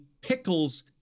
pickles